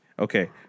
Okay